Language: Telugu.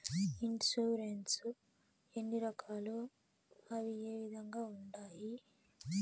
ఇన్సూరెన్సు ఎన్ని రకాలు అవి ఏ విధంగా ఉండాయి